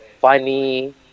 funny